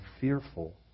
fearful